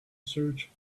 search